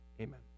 amen